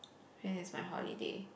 when is my holiday